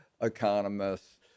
economists